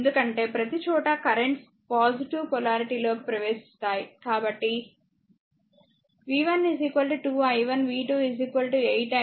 ఎందుకంటే ప్రతిచోటా currents positive polarity లోకి ప్రవేశిస్తాయి